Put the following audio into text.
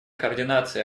координации